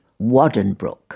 Waddenbrook